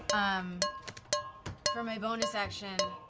um for my bonus action,